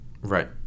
Right